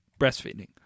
breastfeeding